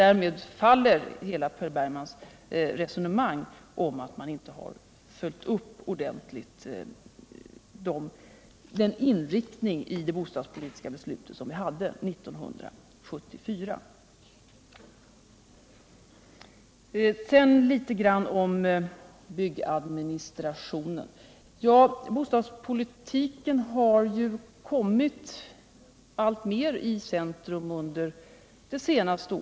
Därmed faller Per Bergmans resonemang om att regeringen inte ordentligt har följt upp inriktningen av 1974 års bostadspolitiska beslut. Jag vill sedan säga några ord om byggadministrationen. Bostadspolitiken har under det senaste året alltmer kommit i centrum för debatten.